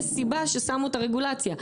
יש סיבה ששמו את הרגולציה,